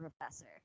professor